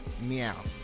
meow